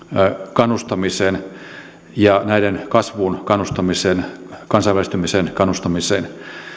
kannustamiseen ja näiden kasvuun kannustamiseen kansainvälistymiseen kannustamiseen